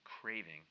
Craving